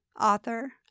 Author